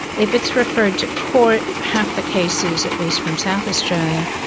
if it's referred to court, half the cases, at least from south australia,